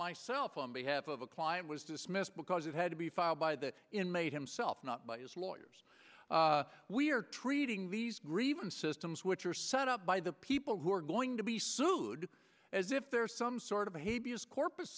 myself on behalf of a client was dismissed because it had to be filed by the inmate himself not by his lawyers we're treating these grievances terms which are set up by the people who are going to be sued as if there's some sort of